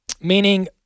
meaning